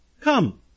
Come